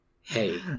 Hey